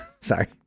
Sorry